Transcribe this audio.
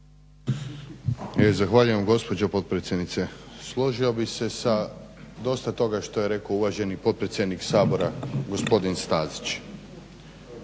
Zahvaljujem gospođo potpredsjednice. Složio bih se sa dosta toga što je rekao uvaženi potpredsjednik Sabora gospodin Stazić.